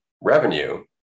revenue